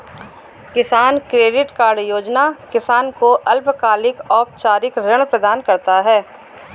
किसान credit card योजना किसान को अल्पकालिक औपचारिक ऋण प्रदान करता है